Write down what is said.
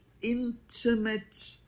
intimate